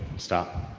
stop.